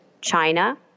China